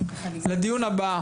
לדיון הבא,